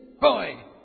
boy